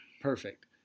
Perfect